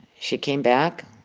she came back.